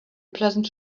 pleasant